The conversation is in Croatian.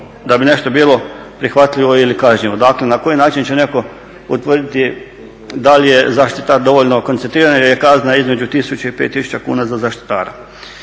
da bi nešto bilo prihvatljivo ili kažnjivo. Dakle na koji način će netko utvrditi da li je zaštitar dovoljno koncentriran jer je kazna između 1000 i 5000 kuna za zaštitara.